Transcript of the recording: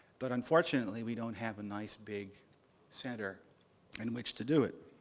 but unfortunately, we don't have a nice, big center in which to do it.